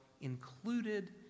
included